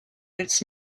its